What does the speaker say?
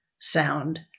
sound